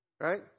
right